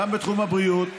גם בתחום הבריאות,